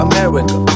America